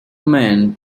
men